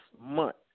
month